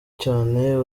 cyane